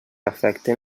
afecten